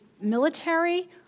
military